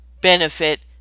benefit